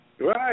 Right